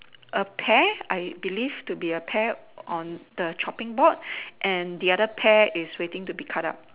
A pear I believe to be a pear on the chopping board and the other pear is waiting to be cut up